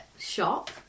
shop